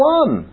one